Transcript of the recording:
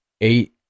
eight